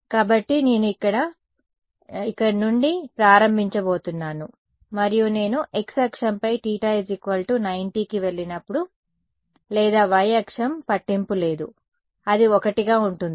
కాబట్టి నేను ఇక్కడ నుండి ప్రారంభించబోతున్నాను మరియు నేను x అక్షంపై θ 90కి వెళ్లినప్పుడు లేదా y అక్షం పట్టింపు లేదు అది 1 గా ఉంటుంది